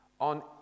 on